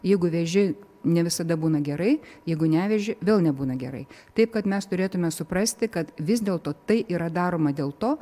jeigu veži ne visada būna gerai jeigu neveži vėl nebūna gerai taip kad mes turėtume suprasti kad vis dėlto tai yra daroma dėl to